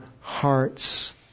hearts